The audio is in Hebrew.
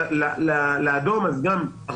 שנכנסו לאדום עכשיו,